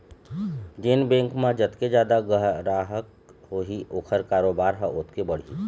जेन बेंक म जतके जादा गराहक होही ओखर कारोबार ह ओतके बढ़ही